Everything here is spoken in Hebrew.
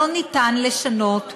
לא ניתן לשנות,